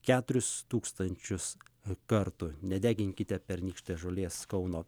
keturis tūkstančius kartų nedeginkite pernykštės žolės kauno